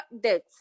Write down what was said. debt